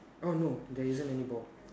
oh no there isn't any ball